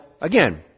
again